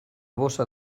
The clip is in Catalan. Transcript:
bossa